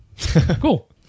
cool